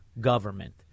government